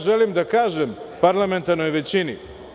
Želim da kažem parlamentarnoj većini.